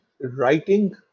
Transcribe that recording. writing